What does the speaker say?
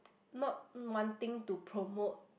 not wanting to promote